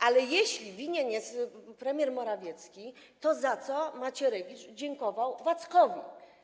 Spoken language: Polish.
Ale jeśli winien jest premier Morawiecki, to za co Macierewicz dziękował Wackowi?